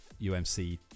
UMC